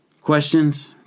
Questions